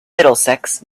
middlesex